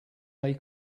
they